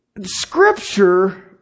scripture